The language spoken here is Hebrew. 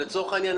ולצורך העניין,